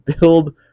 build